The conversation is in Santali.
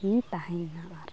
ᱤᱧ ᱛᱟᱦᱮᱸᱭᱱᱟ ᱚᱲᱟᱜᱨᱮ